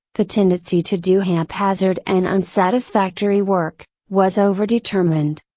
the tendency to do haphazard and unsatisfactory work, was over determined.